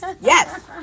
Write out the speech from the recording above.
yes